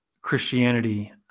Christianity